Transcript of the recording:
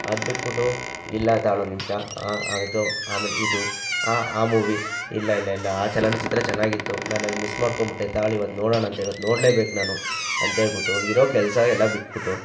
ಅದ್ಬಿಟ್ಬಿಟ್ಟು ಇಲ್ಲ ತಾಳೊಂದ್ನಿಮಿಷ ಅದು ಆಮೇಲೆ ಇದು ಆ ಮೂವಿ ಇಲ್ಲ ಇಲ್ಲ ಇಲ್ಲ ಆ ಚಲನಚಿತ್ರ ಚೆನ್ನಾಗಿತ್ತು ನಾನು ಅದನ್ನು ಮಿಸ್ ಮಾಡ್ಕೊಂಡ್ಬಿಟ್ಟೆ ತಾಳು ಇವತ್ತು ನೋಡೋಣ ಅಂತ ಇವತ್ತು ನೋಡಲೇಬೇಕು ನಾನು ಅಂಥೇಳ್ಬಿಟ್ಟು ಇರೋ ಕೆಲಸ ಎಲ್ಲ ಬಿಟ್ಬಿಟ್ಟು